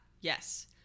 Yes